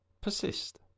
persist